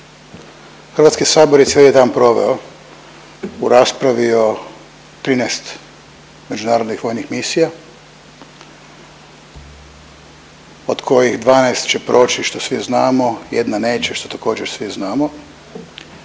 Hrvatski sabor je cijeli dan proveo u raspravi o 13 međunarodnih vojnih misija od kojih 12 će proći što svi znamo, jedna neće što također svi znamo,